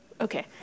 Okay